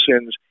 sins